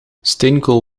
steenkool